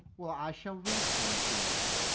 well i shall read some to you.